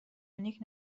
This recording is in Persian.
نیک